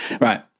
right